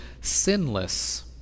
sinless